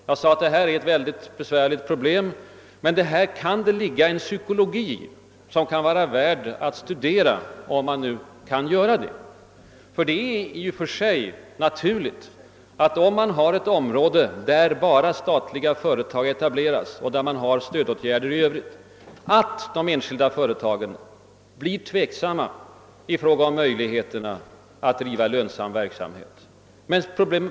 Jag framhöll att problemet var besvärligt men att det här kunde finnas psykologiska samband som det kunde vara värt att studera, om nu detta är möjligt. Det är i och för sig naturligt att enskilda företag blir tveksamma beträffande möjligheterna att bedriva en lönsam verksamhet inom landsdelar där bara statliga företag etableras och där i övrigt omfattande stödåtgärder erfordras.